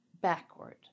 backward